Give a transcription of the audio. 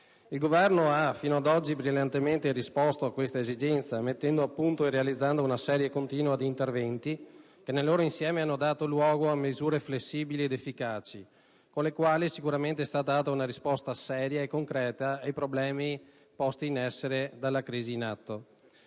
Il Governo ha, fino ad oggi, brillantemente risposto a questa esigenza mettendo a punto e realizzando una serie continua di interventi che, nel loro insieme, hanno dato luogo a misure flessibili ed efficaci, con le quali è stata data una risposta seria e concreta ai problemi posti dalla crisi in atto.